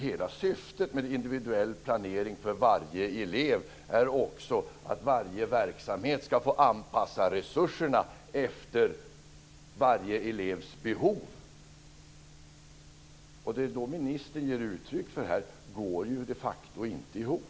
Hela syftet med individuell planering för varje elev är nämligen också att varje verksamhet ska få anpassa resurserna efter varje elevs behov. Och det som ministern ger uttryck för här går de facto inte ihop.